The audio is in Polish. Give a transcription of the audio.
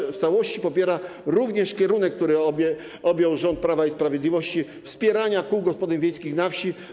Klub w całości popiera również kierunek, który objął rząd Prawa i Sprawiedliwości, czyli wspieranie kół gospodyń wiejskich na wsi.